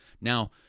Now